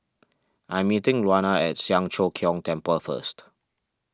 I'm meeting Luana at Siang Cho Keong Temple first